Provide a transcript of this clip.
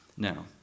Now